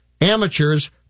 amateurs